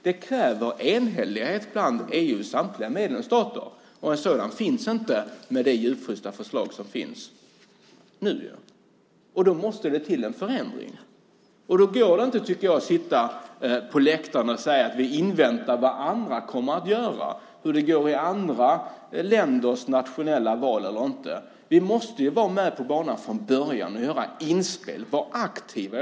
Det krävs enhällighet bland EU:s samtliga medlemsstater, och en sådan finns inte med det djupfrysta förslag som finns nu. Då måste det till en förändring. Då går det inte, tycker jag, att sitta på läktaren och säga att vi inväntar vad andra kommer att göra och hur det går i andra länders nationella val. Vi måste ju vara med på banan från början och göra inspel och vara aktiva.